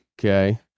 okay